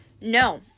No